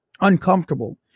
uncomfortable